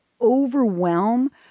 overwhelm